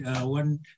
one